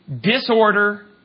disorder